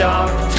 dark